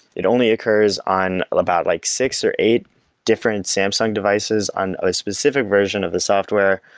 it only occurs on about like six or eight different samsung devices on a specific version of the software,